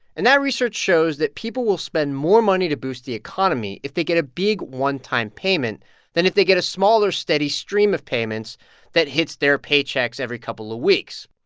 and that research shows that people will spend more money to boost the economy if they get a big one-time payment than if they get a smaller, steady stream of payments that hits their paychecks every couple of weeks.